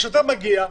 השוטר מגיע,